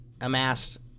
amassed